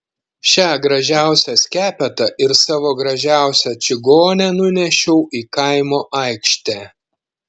šią gražiausią skepetą ir savo gražiausią čigonę nunešiau į kaimo aikštę